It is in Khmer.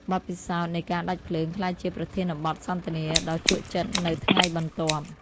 បទពិសោធន៍នៃការដាច់ភ្លើង ក្លាយជាប្រធានបទសន្ទនាដ៏ជក់ចិត្តនៅថ្ងៃបន្ទាប់។